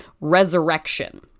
Resurrection